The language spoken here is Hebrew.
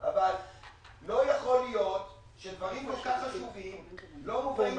לא יכול להיות שדברים כל כך חשובים לא מובאים